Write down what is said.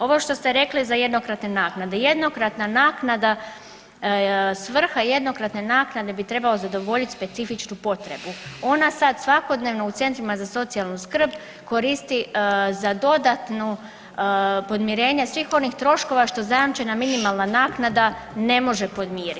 Ovo što ste rekli za jednokratne naknade, jednokratna naknada, svrha jednokratne naknade bi trebalo zadovoljiti specifičnu potrebu ona sad svakodnevno u centrima za socijalnu skrb koristi za dodatnu podmirenje svih onih troškova što zajamčena minimalna naknada ne može podmiriti.